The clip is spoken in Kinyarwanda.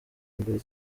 mbere